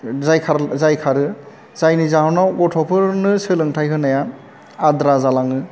जायखार जायखारो जायनि जाहोनाव गथ'फोरनो सोलोंथाइ होनाया आद्रा जालाङो